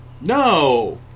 No